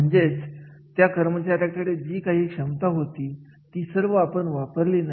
म्हणजेच त्या कर्मचाऱ्यांकडे जी काही क्षमता होती ती सर्व आपण वापरली नाही